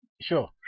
Sure